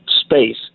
space